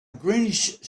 greenish